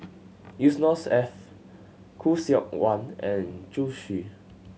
Yusnor Ef Khoo Seok Wan and Zhu Xu